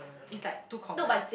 it's like too common